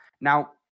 Now